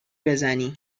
بزنی